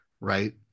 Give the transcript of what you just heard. right